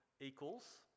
Equals